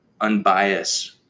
unbiased